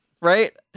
right